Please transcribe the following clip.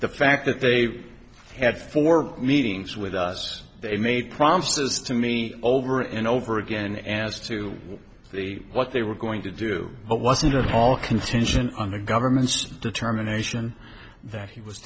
the fact that they've had four meetings with us they made promises to me over and over again as to what the what they were going to do but wasn't at all contingent on the government's determination that he was